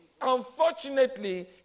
unfortunately